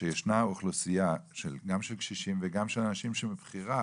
שישנה אוכלוסייה גם של קשישים וגם של אנשים שמבחירה